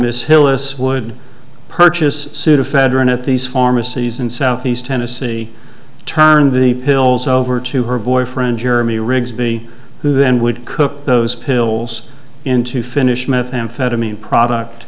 ss hillis would purchase sudafed run at these pharmacies in southeast tennessee turned the pills over to her boyfriend jeremy rigsby who then would cook those pills into finish methamphetamine product